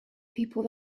people